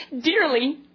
dearly